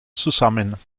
zusammen